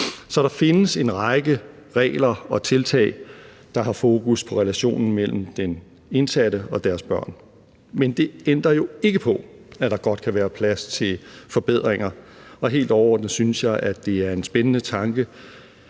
Så der findes en række regler og tiltag, der har fokus på relationen mellem de indsatte og deres børn, men det ændrer jo ikke på, at der godt kan være plads til forbedringer. Helt overordnet synes jeg, at det er en spændende tanke,